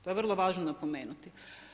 To je vrlo važno napomenuti.